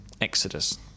Exodus